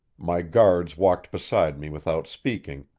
my guards walked beside me without speaking,